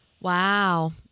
wow